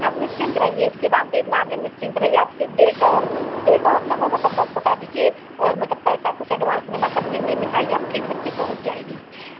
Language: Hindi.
आप निश्चिंत रहिए इसके मामले मामले में निश्चिंत रहिए आप सिर्फ डेट और डेट और समय बत बता दीजिए और मतलब पैसा कुछ अड्वान्स जमा कर दीजिए मिठाई आपके घर पर पहुँच जाएगी